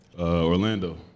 Orlando